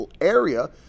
area